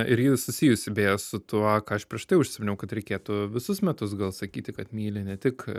ir ji susijusi beje su tuo ką aš prieš tai užsiminiau kad reikėtų visus metus gal sakyti kad myli ne tik